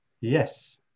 yes